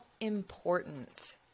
important